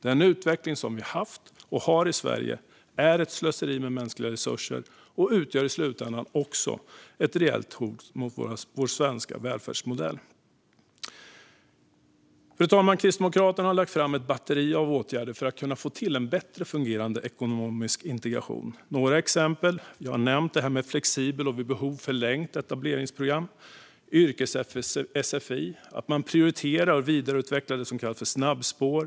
Den utveckling vi haft och har i Sverige är ett slöseri med mänskliga resurser och utgör i slutändan också ett reellt hot mot vår svenska välfärdsmodell. Fru talman! Kristdemokraterna har lagt fram ett batteri av åtgärder för att vi ska kunna få till en bättre fungerande ekonomisk integration, och jag ska ta upp några exempel. Jag har nämnt detta med ett flexibelt och vid behov förlängt etableringsprogram, och vi föreslår även ett yrkes-sfi. Vi föreslår också att man prioriterar och vidareutvecklar det vi kallar snabbspår.